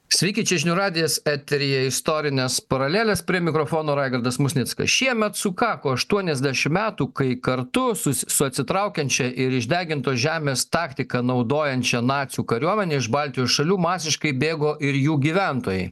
sveiki čia žinių radijas eteryje istorinės paralelės prie mikrofono raigardas musnickas šiemet sukako aštuoniasdešim metų kai kartu su su atsitraukiančia ir išdegintos žemės taktiką naudojančia nacių kariuomene iš baltijos šalių masiškai bėgo ir jų gyventojai